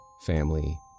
family